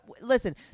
Listen